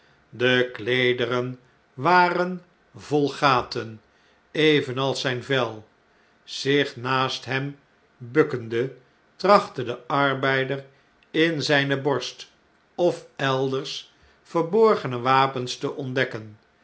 de kleederen waren vol gaten evenals zijn vel zich naast hem bukkende trachtte de arbeider in zjjne borst of elders verborgene wapens te ontdekken